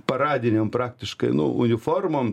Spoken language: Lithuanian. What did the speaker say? paradinėm praktiškai nu uniformom